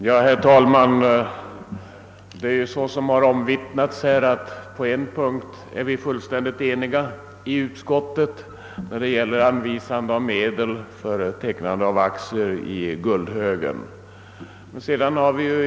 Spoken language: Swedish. Herr talman! På en punkt är utskottet — vilket här har omvittnats — fullständigt enigt, nämligen beträffande anvisande av medel för tecknande av aktier i AB Gullhögens Bruk.